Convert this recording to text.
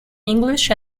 english